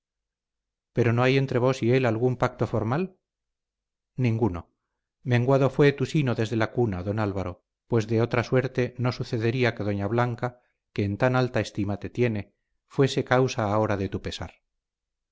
pero no hay entre vos y él algún pacto formal ninguno menguado fue tu sino desde la cuna don álvaro pues de otra suerte no sucedería que doña blanca que en tan alta estima te tiene fuese causa ahora de tu pesar